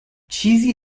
چیزی